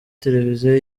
televiziyo